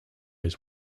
his